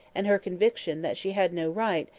and her conviction that she had no right,